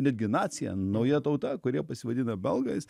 netgi nacija nauja tauta kurie pasivadina belgais